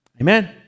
Amen